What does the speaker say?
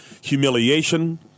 humiliation